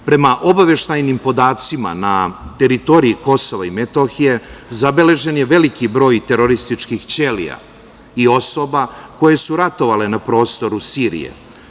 Prema obaveštajnim podacima na teritoriji Kosova i Metohije zabeležen je veliki broj terorističkih ćelija i osoba koje su ratovale na prostoru Siriji.